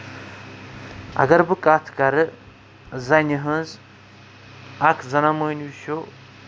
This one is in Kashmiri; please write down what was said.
اَگر بہٕ کَتھ کَرٕ زَنہِ ہٕنٛز اکھ زَنان موہنیو چھُ